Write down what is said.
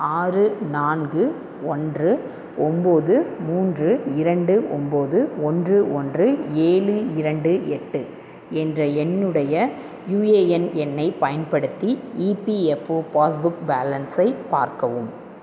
ஆறு நான்கு ஒன்று ஒம்பது மூன்று இரண்டு ஒம்பது ஒன்று ஒன்று ஏழு இரண்டு எட்டு என்ற என்னுடைய யுஏஎன் எண்ணை பயன்படுத்தி இபிஎஃப்ஓ பாஸ் புக் பேலன்ஸை பார்க்கவும்